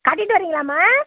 கட்டிகிட்டு வர்றீங்களாம்மா